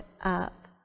up